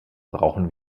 brauchen